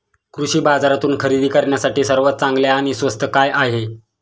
कृषी बाजारातून खरेदी करण्यासाठी सर्वात चांगले आणि स्वस्त काय आहे?